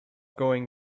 going